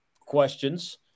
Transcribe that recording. questions